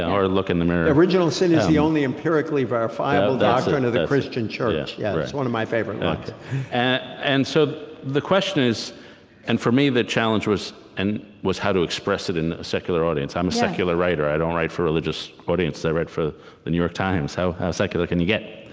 or look in the mirror original sin is the only empirically verifiable doctrine of the christian church. yeah, it's one of my favorite lines and so the question is and for me, the challenge was and was how to express it in a secular audience. i'm a secular writer. i don't write for religious audiences. i write for the new york times. how how secular can you get?